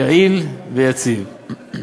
יעיל ויציב.